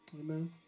Amen